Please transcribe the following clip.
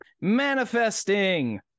manifesting